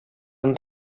han